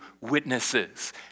witnesses